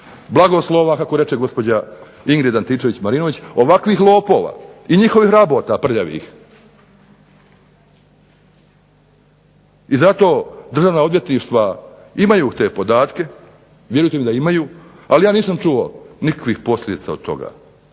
blagoslova kako reče gospođa Ingrid Antičević-Marinović, ovakvih lopova i njihovih rabota prljavih. I zato državna odvjetništva imaju te podatke, vjerujte mi da imaju, ali ja nisam čuo nikakvih posljedica od toga.